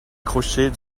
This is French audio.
crochet